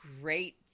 great